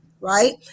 right